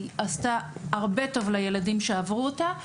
היא עשתה הרבה טוב לילדים שעברו אותה,